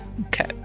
Okay